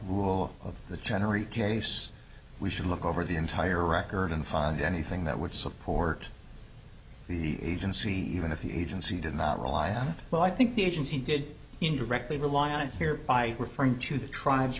rule of the tannery case we should look over the entire record and find anything that would support the agency even if the agency did not rely on it well i think the agency did indirectly rely on it here by referring to the tribes